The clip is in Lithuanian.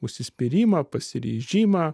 užsispyrimą pasiryžimą